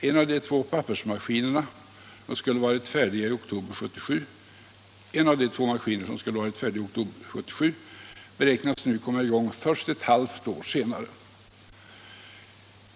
En av de två pappersmaskinerna som skulle ha varit färdig i oktober 1977 beräknas nu komma i gång först ett halvt år senare.